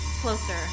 closer